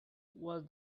was